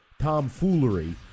tomfoolery